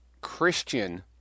Christian